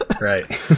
Right